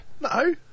No